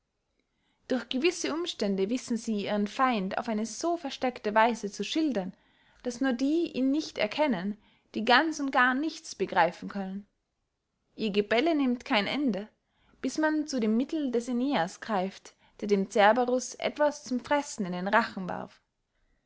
durch gewisse umstände wissen sie ihren feind auf eine so versteckte weise zu schildern daß nur die ihn nicht erkennen die ganz und gar nichts begreifen können ihr gebelle nimmt kein ende bis man zu dem mittel des eneas greift der dem cerberus etwas zum fressen in den rachen warf